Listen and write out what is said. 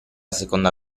seconda